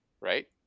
right